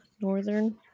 Northern